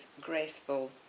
graceful